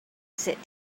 sit